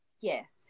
Yes